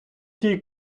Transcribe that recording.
тій